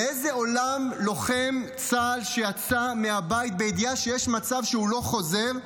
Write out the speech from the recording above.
באיזה עולם לוחם צה"ל שיצא מהבית בידיעה שיש מצב שהוא לא חוזר,